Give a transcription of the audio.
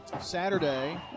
Saturday